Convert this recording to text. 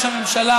תתנצל.